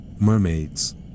Mermaids